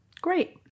Great